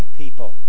people